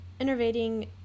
innervating